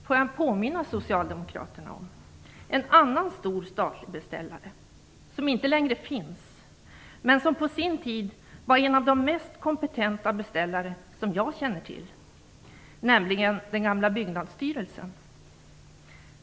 Får jag påminna Socialdemokraterna om en annan stor statlig beställare, som inte längre finns men som på sin tid var en av de mest kompetenta beställare som jag känner till, nämligen den gamla Byggnadsstyrelsen.